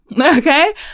Okay